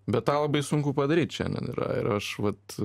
bet tą labai sunku padaryt šiandien yra ir aš vat